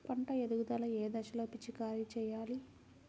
పంట ఎదుగుదల ఏ దశలో పిచికారీ చేయాలి?